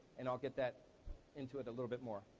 and i'll get that into it a little bit more.